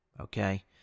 okay